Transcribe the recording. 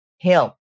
help